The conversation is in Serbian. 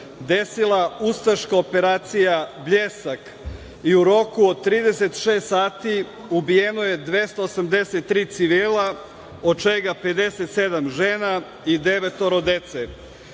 desila ustaška operacija “Bljesak“ i u roku od 36 sati ubijeno je 283 civila od čega 57 žena i devetoro dece.